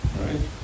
right